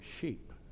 sheep